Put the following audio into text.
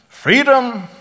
Freedom